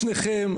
שניכם,